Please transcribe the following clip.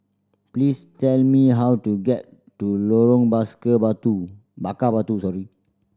please tell me how to get to Lorong Batu Bakar Batu